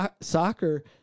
soccer